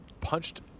punched